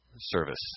service